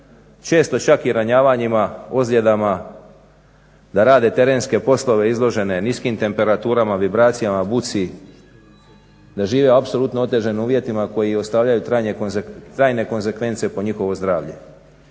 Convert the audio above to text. često čak i ranjavanjima, ozljedama, da rade terenske poslove izložene niskim temperaturama, vibracijama, buci, da žive apsolutno u otežanim uvjetima koji ostavljaju trajne konzekvence po njihovo zdravlje.